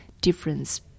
difference